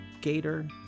Gator